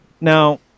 Now